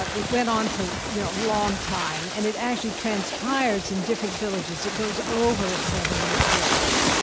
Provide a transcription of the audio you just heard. ah it went on for you know a long time, and it actually transpires in different villages. it goes over a seven-year period.